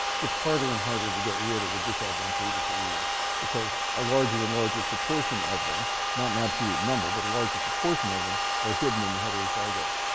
gets harder and harder to get rid of the disadvantageous alleles, because a larger and larger proportion of them not an absolute number but a larger proportion of them are hidden in the heterozygotes.